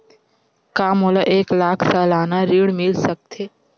का मोला एक लाख सालाना ऋण मिल सकथे?